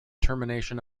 termination